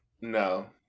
no